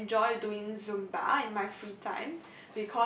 I enjoy doing Zumba in my free time